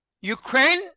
Ukraine